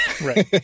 right